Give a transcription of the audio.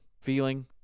feeling